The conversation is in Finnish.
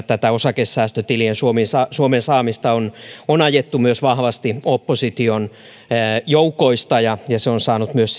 tätä osakesäästötilien suomeen saamista on on ajettu vahvasti myös opposition joukoista ja ja se on saanut myös